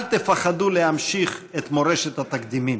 אל תפחדו להמשיך את מורשת התקדימים.